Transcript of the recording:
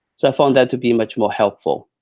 so i found that to be much more helpful.